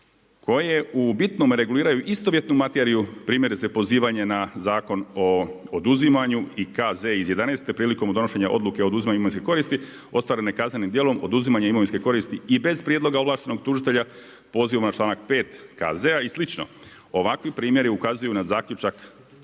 koje u bitnome reguliraju istovjetnu materiju, primjerice pozivanje na Zakon o oduzimanju i KZ iz jedanaeste prilikom donošenja Odluke o oduzimanju imovinske koristi ostvarene kaznenim djelom oduzimanja imovinske koristi i bez prijedloga ovlaštenog tužitelja pozivom na članak 5. KZ-a i slično. Ovakvi primjeri ukazuju na zaključak